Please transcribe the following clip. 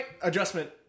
Adjustment